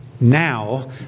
now